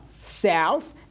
south